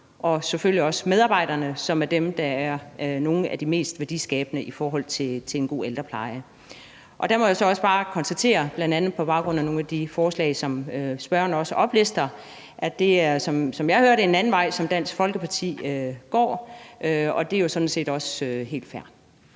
og selvfølgelig også medarbejderne, som er dem, der er nogle af de mest værdiskabende i forhold til en god ældrepleje. Der må jeg så også bare konstatere, bl.a. på baggrund af nogle af de forslag, som spørgeren også oplister, at som jeg hører det, er det en anden vej, Dansk Folkeparti går, og det er jo sådan set også helt fair.